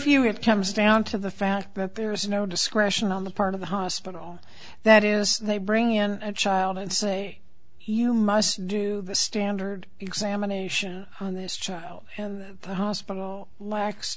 view it comes down to the fact that there is no discretion on the part of the hospital that is they bring in a child and say you must do the standard examination on this child and the hospital la